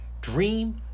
Dream